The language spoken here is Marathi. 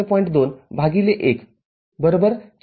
२ १ ४